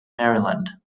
maryland